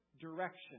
direction